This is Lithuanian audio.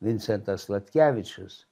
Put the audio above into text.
vincentas sladkevičius